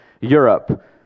Europe